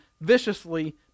viciously